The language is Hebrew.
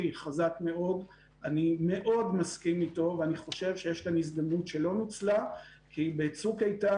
ואני שואלת אותך כי בסוף אתה בתווך